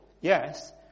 yes